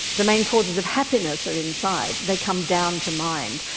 the main causes of happiness are inside, they come down to mind.